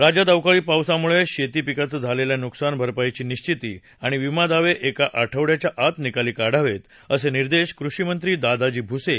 राज्यात अवकाळी पावसामुळे शेती पिकांचं झालेल्या नुकसान भरपाईची निश्विती आणि विमा दावे एका आठवड्याच्या आत निकाली काढावेत असे निर्देश कृषीमंत्री दादाजी भुसे यांनी दिले आहेत